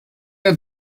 der